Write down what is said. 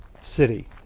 city